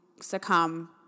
succumb